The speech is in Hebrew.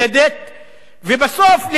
ובסוף לזעוק "לא מספיק"?